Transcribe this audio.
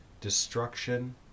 destruction